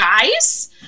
guys